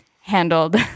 handled